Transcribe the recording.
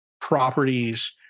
properties